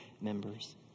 members